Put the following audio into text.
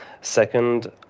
Second